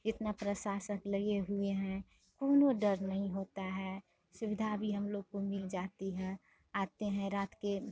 इतना प्रशासन लगे हुए हैं कोनो डर नहीं होता है सुविधा अभी हम लोगों को मिल जाती है आते हैं रात के